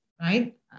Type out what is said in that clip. right